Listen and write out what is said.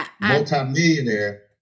multimillionaire